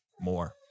more